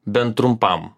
bent trumpam